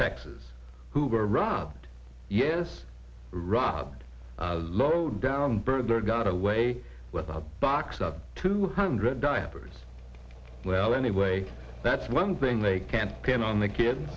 texas who were rod yes rod low down burglar got away with a box of two hundred diapers well anyway that's one thing they can't pin on the ki